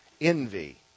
envy